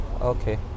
Okay